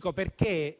quella che